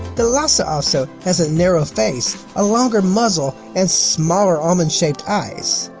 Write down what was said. the lhasa apso has a narrower face, a longer muzzle, and smaller almond-shaped eyes.